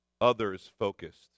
others-focused